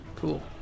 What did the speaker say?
Cool